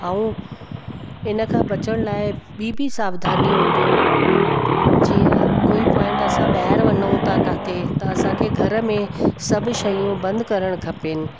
ऐं इन खां बचण लाइ ॿी बि सावधानियूं हूंदियूं आहिनि जीअं कोई पॉइंट असां ॿाहिरि वञूं किते त असांखे घर में सभु शयूं बंदि करण खपेनि